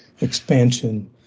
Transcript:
expansion